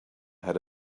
had